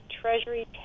Treasury